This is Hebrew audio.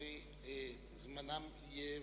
הרי זמנם יבוטל.